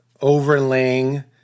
overlaying